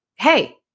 hey,